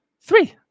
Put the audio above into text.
Three